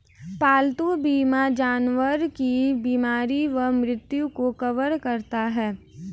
पालतू बीमा जानवर की बीमारी व मृत्यु को कवर करता है